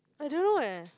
I don't know eh